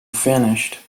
finished